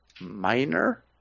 minor